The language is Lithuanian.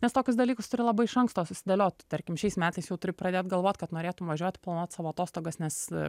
nes tokius dalykus turi labai iš anksto susidėlioti tarkim šiais metais jau turi pradėt galvot kad norėtum važiuot planuot savo atostogas nes